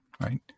right